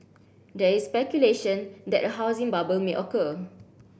there is speculation that a housing bubble may occur